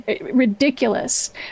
ridiculous